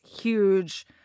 huge